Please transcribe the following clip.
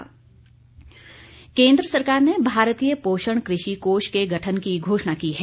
पोषण केन्द्र सरकार ने भारतीय पोषण कृषि कोष के गठन की घोषणा की है